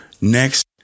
next